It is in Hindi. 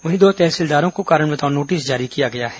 वहीं दो तहसीलदारों को कारण बताओ नोटिस जारी किया गया है